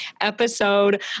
episode